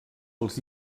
els